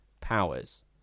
powers